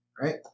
right